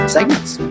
Segments